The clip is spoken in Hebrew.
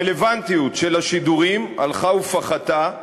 הרלוונטיות של השידורים הלכה ופחתה,